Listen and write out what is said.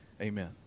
Amen